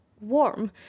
warm